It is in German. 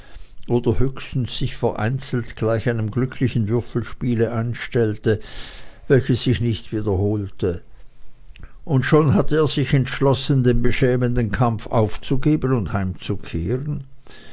oder höchstens sich vereinzelt gleich einem glücklichen würfelspiel einstellte welches sich nicht wiederholte und schon hatte er sich entschlossen den beschämenden kampf aufzugeben und heimzukehren